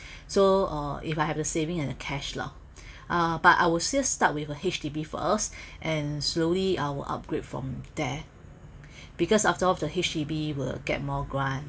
so uh if I have the saving and the cash lah uh but I will say start with a H_D_B first and slowly I'll upgrade from there because after all H_D_B will get more grant